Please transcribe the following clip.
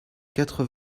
quatre